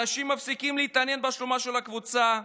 אנשים מפסיקים להתעניין בשלומה של הקבוצה.